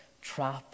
trap